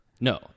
No